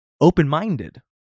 open-minded